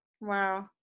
Wow